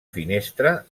finestra